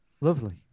Lovely